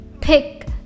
pick